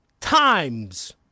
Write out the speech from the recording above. times